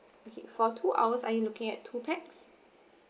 okay for two hours are you looking at two pax